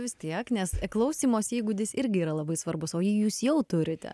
vis tiek nes klausymosi įgūdis irgi yra labai svarbus o jį jūs jau turite